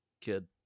kid